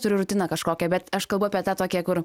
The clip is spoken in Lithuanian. turiu rutiną kažkokią bet aš kalbu apie tą tokią kur